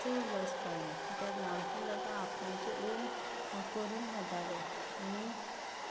चड लोस पडलें कित्याक गांवांतलें लोकांक आपणाचे ओन करून खातालें आनी